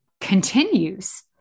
continues